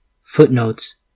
Footnotes